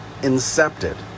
incepted